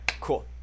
cool